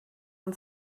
man